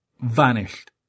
vanished